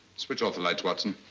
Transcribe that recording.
switch off the lights, watson.